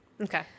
Okay